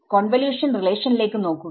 convolution റിലേഷനിലേക്ക് നോക്കുക